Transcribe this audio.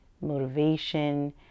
motivation